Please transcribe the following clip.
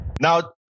Now